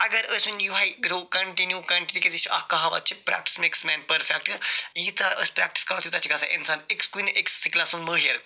اگر أسۍ وٕنۍ یِہوٚے روٗ کَنٹِنیوٗ تکیاز یہِ چھِ اکھ کہاوت چھِ پرٛیٚکٹِس میکٕس مین پٔرفٮ۪کٹ ییٖژاہ أسۍ پرٛیٚکٹِس کَرو تیوٗتاہ چھُ گَژھان اِنسان أکِس کُنہِ أکِس سکلَس مَنٛز مٲہِر